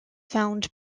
found